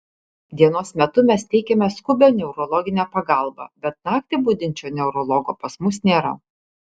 dienos metu mes teikiame skubią neurologinę pagalbą bet naktį budinčio neurologo pas mus nėra